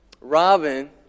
Robin